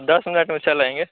दस मिनट में चल आएँगे